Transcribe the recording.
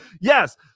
Yes